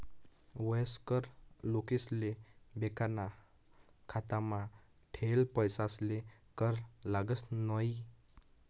वयस्कर लोकेसले बॅकाना खातामा ठेयेल पैसासले कर लागस न्हयी